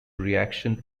reaction